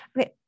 Okay